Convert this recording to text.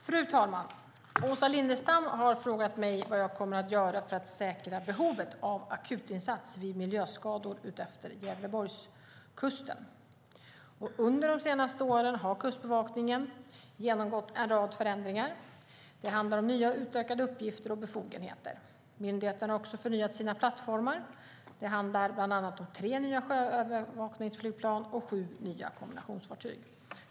Fru talman! Åsa Lindestam har frågat mig vad jag kommer att göra för att säkra behovet av akutinsats vid miljöskador utefter Gävleborgskusten. Under de senaste åren har Kustbevakningen genomgått en rad förändringar. Det handlar om nya och utökade uppgifter och befogenheter. Myndigheten har också förnyat sina plattformar. Det handlar bland annat om tre nya sjöövervakningsflygplan och sju nya kombinationsfartyg.